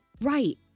right